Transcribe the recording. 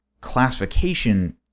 classification